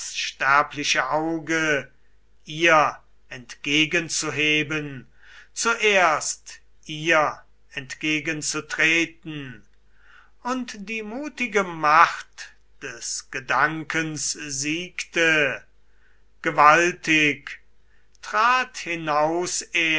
sterbliche auge ihr entgegenzuheben zuerst ihr entgegenzutreten und die mutige macht des gedankens siegte gewaltig trat hinaus